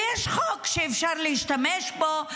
ויש חוק שאפשר להשתמש בו,